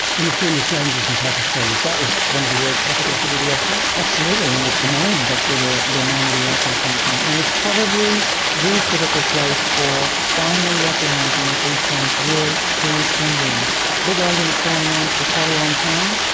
and the flinders ranges in south australia, that is one of the world capitals of ediacara? absolutely, and it's the name, that's where the the name ediacara came from, and it's probably the critical place for finally recognising that these things were pre-cambrian. a big argument going on for quite a long time,